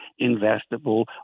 investable